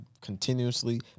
continuously